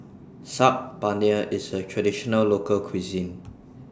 Saag Paneer IS A Traditional Local Cuisine